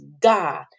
God